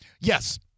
Yes